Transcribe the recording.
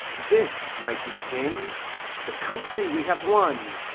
this, mighty king the country we have won,